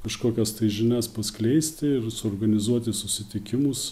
kažkokias tai žinias paskleisti ir suorganizuoti susitikimus